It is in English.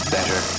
Better